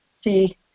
see